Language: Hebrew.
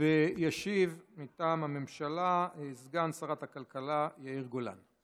ישיב מטעם הממשלה סגן שרת הכלכלה יאיר גולן.